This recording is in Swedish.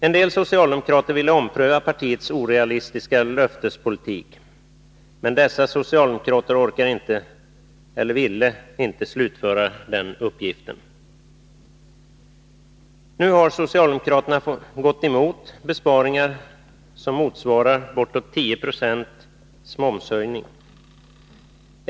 En del socialdemokrater ville ompröva partiets orealistiska löftespolitik, men dessa socialdemokrater orkade inte eller ville inte slutföra den uppgiften. Nu har socialdemokraterna gått emot besparingar som motsvarar bortåt 10 26 momshöjning.